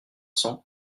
cents